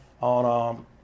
on